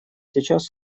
сейчас